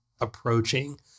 approaching